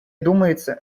думается